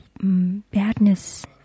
badness